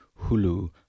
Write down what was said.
Hulu